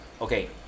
okay